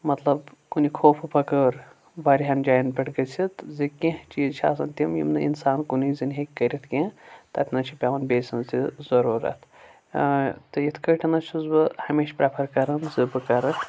مطلب کُنہِ خوفہٕ بغٲر واریاہن جاین پیٹھ گٔژھتھ زِ کینہہ چیٖز چھِ آسان تِم یم نہٕ انسان کُنی زٔنۍ ہیکہِ کرتھ کیٛنہٚہ تتہِ نَس چھِ پیوان بییہِ سنٛز تہِ ضروٗرت تہٕ یتھ کٲٹھۍ چھُس بہٕ ہمیشہٕ پرٮ۪فر کران ز بہٕ کرٕ